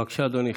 בבקשה, אדוני.